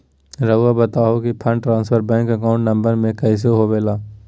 रहुआ बताहो कि fund transfer bank account number में कैसे होबेला?